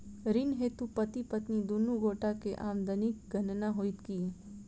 ऋण हेतु पति पत्नी दुनू गोटा केँ आमदनीक गणना होइत की?